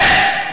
איך?